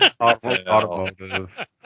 automotive